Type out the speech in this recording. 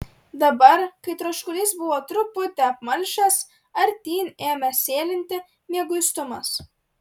dabar kai troškulys buvo truputį apmalšęs artyn ėmė sėlinti mieguistumas